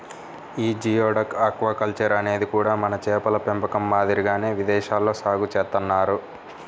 యీ geoduck aquaculture అనేది కూడా మన చేపల పెంపకం మాదిరిగానే విదేశాల్లో సాగు చేత్తన్నారు